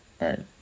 Right